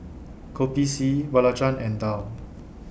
Kopi C Belacan and Daal